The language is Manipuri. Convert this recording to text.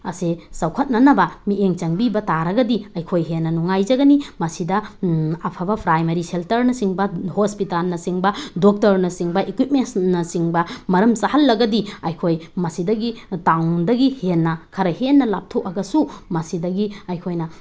ꯑꯁꯦ ꯆꯥꯎꯈꯠꯅꯅꯕ ꯃꯤꯠꯌꯦꯡ ꯆꯪꯕꯤꯕ ꯇꯥꯔꯒꯗꯤ ꯑꯩꯈꯣꯏ ꯍꯦꯟꯅ ꯅꯨꯡꯉꯥꯏꯖꯒꯅꯤ ꯃꯁꯤꯗ ꯑꯐꯕ ꯄ꯭ꯔꯥꯏꯃꯥꯔꯤ ꯁꯦꯜꯇꯔꯅꯆꯤꯡꯕ ꯍꯣꯁꯄꯤꯇꯥꯜꯅꯆꯤꯡꯕ ꯗꯣꯛꯇꯔꯅꯆꯤꯡꯕ ꯏꯀ꯭ꯋꯤꯞꯃꯦꯟꯁꯅꯆꯤꯡꯕ ꯃꯔꯝ ꯆꯥꯍꯜꯂꯒꯗꯤ ꯑꯩꯈꯣꯏ ꯃꯁꯤꯗꯒꯤ ꯇꯥꯎꯟꯗꯒꯤ ꯍꯦꯟꯅ ꯈꯔ ꯍꯦꯟꯅ ꯂꯥꯞꯊꯣꯛꯑꯒꯁꯨ ꯃꯁꯤꯗꯒꯤ ꯑꯩꯈꯣꯏꯅ